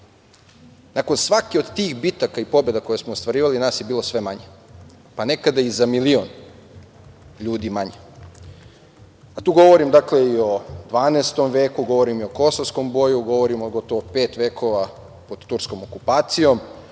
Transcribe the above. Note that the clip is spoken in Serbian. nakon svake od tih bitaka i pobeda koje smo ostvarivali nas je bilo sve manje, pa nekada i za milion ljudi manje. Tu govorim, dakle, i o 12. veku, govorim i o Kosovskom boju, govorim o gotovo pet vekova pod turskom okupacijom,